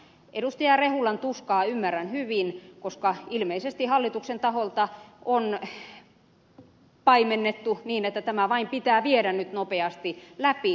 rehulan tuskaa ymmärrän hyvin koska ilmeisesti hallituksen taholta on paimennettu niin että tämä vain pitää viedä nyt nopeasti läpi